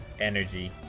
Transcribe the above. energy